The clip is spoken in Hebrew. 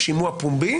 שימוע פומבי,